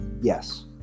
Yes